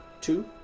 Two